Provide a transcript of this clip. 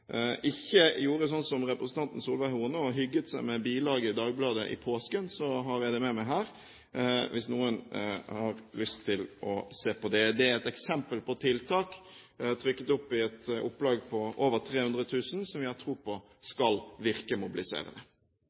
ikke gjorde sånn som representanten Solveig Horne og hygget seg med bilaget i Dagbladet i påsken, har jeg det med meg her i tilfelle noen har lyst til å se på det. Det er eksempel på tiltak – trykket opp i et opplag på over 300 000 – som vi har tro på skal virke mobiliserende.